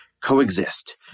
coexist